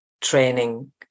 training